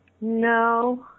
No